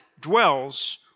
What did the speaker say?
dwells